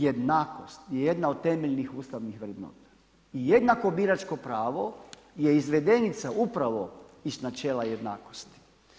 Jednakost je jedna od temeljnih ustavnih vrednota i jednako biračko pravo je izvedenica upravo iz načela jednakosti.